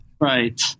Right